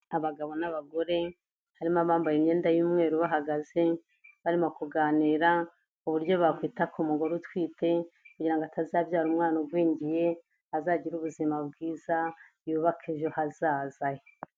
Abagabo n'abagore, harimo abambaye imyenda y'umweru bahagaze, barimo kuganira ku buryo bakwita ku mugore utwite, kugira ngo atazabyara umwana ugwingiye, azagire ubuzima bwiza yubaka ejo hazaza he.